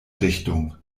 richtung